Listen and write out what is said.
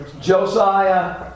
Josiah